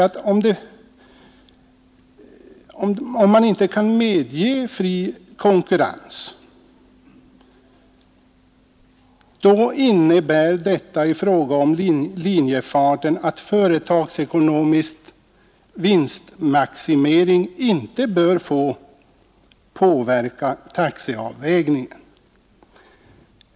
Om man inte kan medge fri konkurrens, så innebär det i fråga om linjefarten att försök att åstadkomma företagsekonomisk vinstmaximering inte bör få påverka taxeavvägningen.